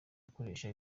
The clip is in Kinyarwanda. gukoresha